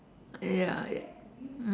ya ya